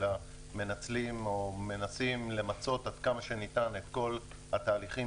אלא מנצלים או מנסים למצות עד כמה שניתן את כל התהליכים